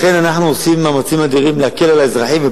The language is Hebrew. לכן אנחנו עושים מאמצים אדירים להקל על האזרחים.